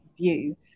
view